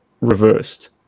reversed